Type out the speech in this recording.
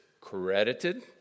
credited